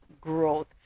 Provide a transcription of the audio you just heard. growth